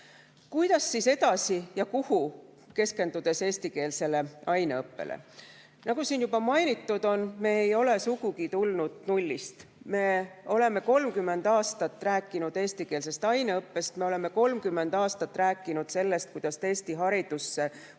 Kuidas siis edasi ja kuhu, keskendudes eestikeelsele aineõppele? Nagu siin juba mainitud on, me ei ole sugugi tulnud nullist. Me oleme 30 aastat rääkinud eestikeelsest aineõppest. Me oleme 30 aastat rääkinud sellest, kuidas Eesti haridusse muudatusi